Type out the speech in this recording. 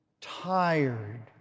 tired